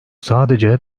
sadece